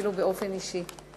אפילו באופן אישי,